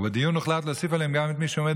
ובדיון הוחלט להוסיף עליהם גם את מי שעומד